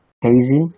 hazy